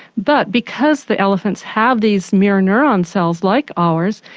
but because the elephants have these mirror neuron cells like ours,